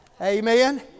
Amen